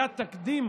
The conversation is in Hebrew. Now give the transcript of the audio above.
היה תקדים